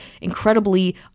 incredibly